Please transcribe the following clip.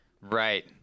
Right